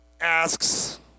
asks